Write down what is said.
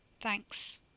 Thanks